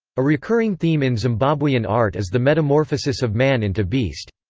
a recurring theme in zimbabwean art is the metamorphosis of man into beast.